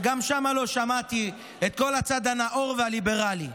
וגם שם לא שמעתי את כל הצד הנאור והליברלי.